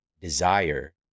desire